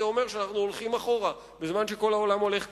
זה אומר שאנחנו הולכים אחורה בזמן שכל העולם הולך קדימה.